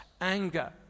anger